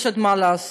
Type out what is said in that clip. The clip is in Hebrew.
יש עוד מה לעשות.